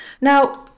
now